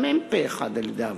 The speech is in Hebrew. גם הם פה-אחד על-ידי הוועדה.